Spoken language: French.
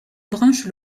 branche